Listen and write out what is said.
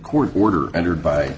court order entered by